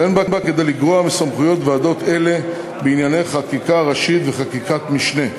ואין בה כדי לגרוע מסמכויות ועדות אלה בענייני חקיקה ראשית וחקיקת משנה.